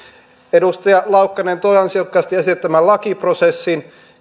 edustaja laukkanen toi ansiokkaasti esille tämän lakiprosessin